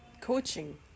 coaching